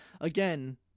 Again